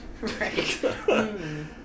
Right